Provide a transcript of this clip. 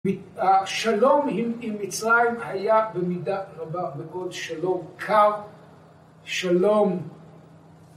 השלום עם מצרים היה במידה רבה בגודל שלום קר, שלום